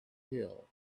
hill